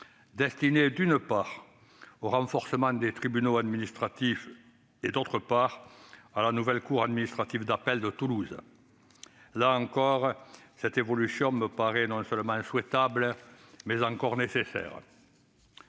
destinés, d'une part, au renforcement des tribunaux administratifs, d'autre part, à la nouvelle cour administrative d'appel de Toulouse. Là encore, cette évolution me paraît non seulement souhaitable, mais encore nécessaire.